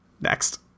Next